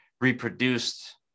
reproduced